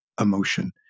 emotion